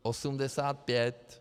85.